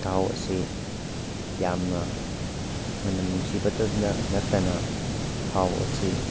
ꯊꯥꯎ ꯑꯁꯤ ꯌꯥꯝꯅ ꯃꯅꯝ ꯅꯨꯡꯁꯤꯕꯇ ꯅꯠꯇꯅ ꯊꯥꯎ ꯑꯁꯤ